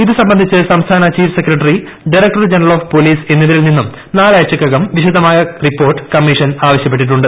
ഇത് സംബന്ധിച്ച് സംസ്ഥാന chief secretary director general of police എന്നിവരിൽ നിന്നും നാലാഴ്ചയ്ക്കകം വിശദമായ റിപ്പോർട്ട് കമ്മീഷൻ ആവശ്യപ്പെട്ടിട്ടുണ്ട്